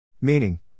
Meaning